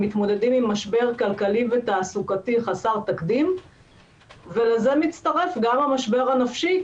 מתמודדים עם משבר כלכלי ותעסוקתי חסר תקדים ולזה מצטרף גם המשבר הנפשי,